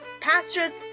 pastures